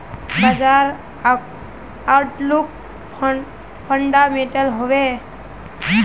बाजार outlook fundamental हैवै?